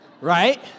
right